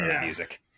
music